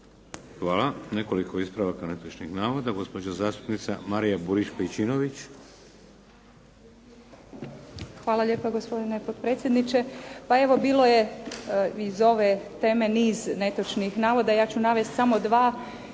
Hvala. Nekoliko ispravaka netočnih navoda. Gospođa zastupnica Marija Burić-Pejčinović. **Pejčinović Burić, Marija (HDZ)** Hvala lijepa gospodine potpredsjedniče. Pa evo bilo je iz ove teme niz netočnih navoda. Ja ću navesti samo dva.